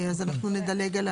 אז אנחנו נדלג.